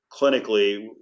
clinically